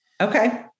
Okay